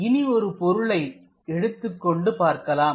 இனி ஒரு பொருளை எடுத்துக்கொண்டு பார்க்கலாம்